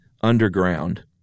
underground